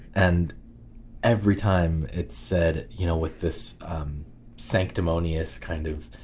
and every time it's said you know with this sanctimonious kind of,